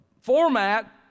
format